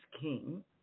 King